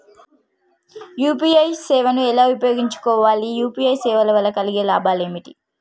UPI సేవను ఎలా ఉపయోగించు కోవాలి? యూ.పీ.ఐ సేవల వల్ల కలిగే లాభాలు ఏమిటి?